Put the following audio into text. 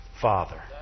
father